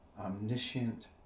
omniscient